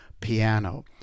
piano